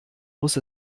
muss